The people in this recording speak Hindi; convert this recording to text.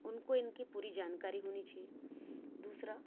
उनको इनकी पूरी जानकारी होनी चाहिए दूसरा